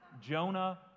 Jonah